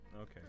Okay